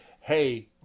Hey